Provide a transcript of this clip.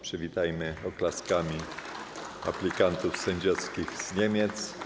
Przywitajmy oklaskami aplikantów sędziowskich z Niemiec.